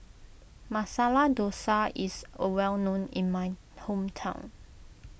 Masala Dosa is a well known in my hometown